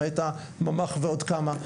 למעט הממ"ח ועוד כמה.